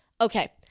Okay